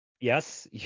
Yes